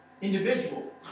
individual